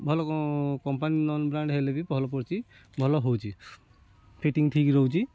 ଭଲ company non brand ହେଲେ ବି ଭଲ ପଡ଼ୁଛି ଭଲ ହଉଛି ଫିଟିଙ୍ଗ୍ ଠିକ୍ ରହୁଛି